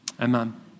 amen